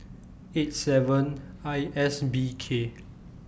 eight seven I S B K